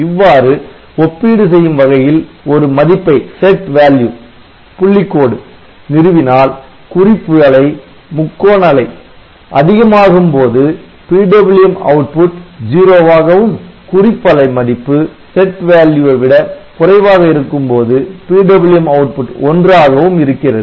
இவ்வாறு ஒப்பீடு செய்யும் வகையில் ஒரு மதிப்பை Set value புள்ளிக் கோடு நிறுவினால் குறிப்பு அலை முக்கோண அலை அதிகமாக இருக்கும் போது PWM output '0' வாகவும் குறிப்பலை மதிப்பு Set value வை விட குறைவாக இருக்கும்போது PWM output '1' ஆகவும் இருக்கிறது